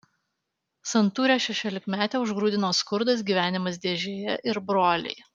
santūrią šešiolikmetę užgrūdino skurdas gyvenimas dėžėje ir broliai